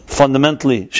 fundamentally